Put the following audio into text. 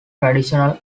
tradition